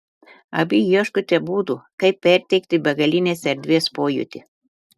abi ieškote būdų kaip perteikti begalinės erdvės pojūtį